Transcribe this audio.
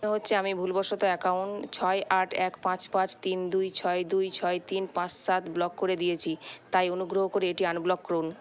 মনে হচ্ছে আমি ভুলবশত অ্যাকাউন্ট ছয় আট এক পাঁচ পাঁচ তিন দুই ছয় দুই ছয় তিন পাঁচ সাত ব্লক করে দিয়েছি তাই অনুগ্রহ করে এটি আনব্লক করুন